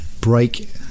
break